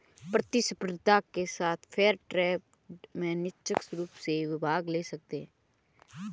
प्रतिस्पर्धा के साथ फेयर ट्रेड में निष्पक्ष रूप से वे भाग ले सकते हैं